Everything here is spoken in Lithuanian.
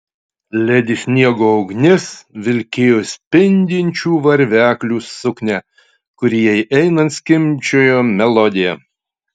ledi sniego ugnis vilkėjo spindinčių varveklių suknią kuri jai einant skimbčiojo melodiją